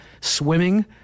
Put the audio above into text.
swimming